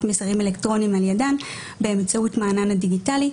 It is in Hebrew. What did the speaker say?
מסרים אלקטרוניים על ידן באמצעות מענן הדיגיטלי,